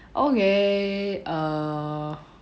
okay err